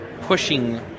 pushing